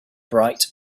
bright